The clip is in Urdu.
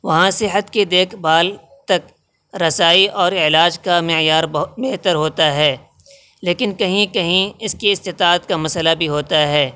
وہاں صحت کی دیکھ بھال تک رسائی اور علاج کا معیار بہت بہتر ہوتا ہے لیکن کہیں کہیں اس کی استطاعت کا مسئلہ بھی ہوتا ہے